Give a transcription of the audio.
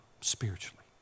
spiritually